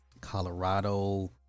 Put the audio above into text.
Colorado